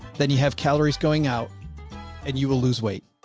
then you have calories going out and you will lose weight.